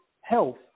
health